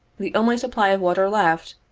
the only supply of water left,